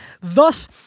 thus